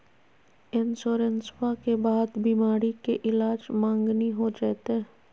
इंसोरेंसबा के बाद बीमारी के ईलाज मांगनी हो जयते?